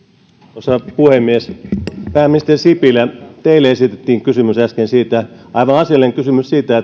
arvoisa puhemies pääministeri sipilä teille esitettiin kysymys äsken aivan asiallinen kysymys siitä